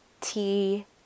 tea